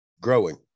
growing